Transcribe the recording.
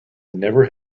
never